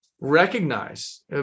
Recognize